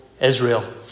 Israel